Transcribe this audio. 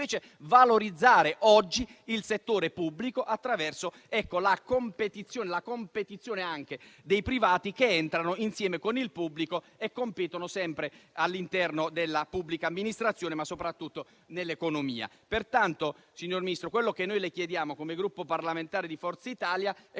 valorizzare oggi il settore pubblico attraverso la competizione dei privati che entrano insieme con il pubblico all'interno della pubblica amministrazione, e soprattutto nell'economia. Pertanto, signor Ministro, quello che noi le chiediamo come Gruppo parlamentare Forza Italia è